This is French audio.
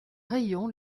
rayons